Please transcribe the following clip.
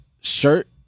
shirt